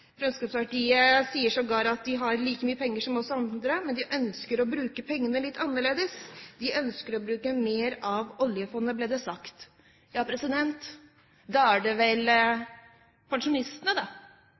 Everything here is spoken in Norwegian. Fremskrittspartiet sier sågar at de har like mye penger som oss andre, men de ønsker å bruke pengene litt annerledes. De ønsker å bruke mer av oljefondet, ble det sagt. Ja, da er det vel